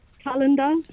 Calendar